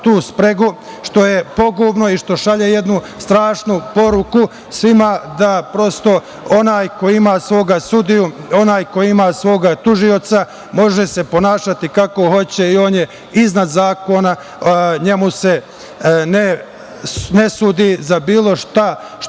tu spregu, što je pogubno i što šalje jednu strašnu poruku svima, da prosto onaj ko ima svoga sudiju, onaj ko ima svoga tužioca, može se ponašati kako hoće i on je iznad zakona. Njemu se ne sudi za bilo šta što